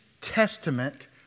Testament